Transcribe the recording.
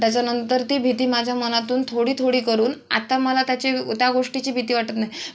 त्याच्यानंतर ती भीती माझ्या मनातून थोडी थोडी करून आता मला त्याची त्या गोष्टीची भीती वाटत नाही